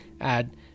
add